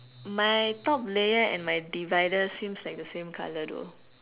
my top layer and my divider seems like the same colour though